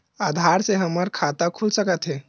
आधार से हमर खाता खुल सकत हे?